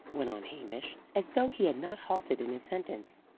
went on hamish, as though he had not halted in his sentence.